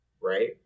right